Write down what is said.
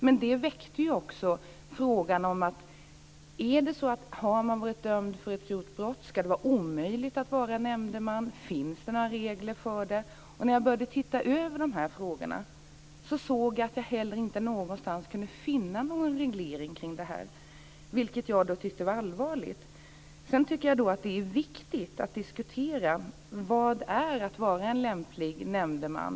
Men detta väckte frågan om det skulle vara omöjligt att vara nämndeman om man har varit dömd för ett grovt brott och om det finns några regler. När jag började se över frågan fann jag att jag inte kunde finna någon reglering. Det tyckte jag var allvarligt. Det är viktigt att diskutera vad det innebär att vara en lämplig nämndeman.